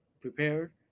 prepared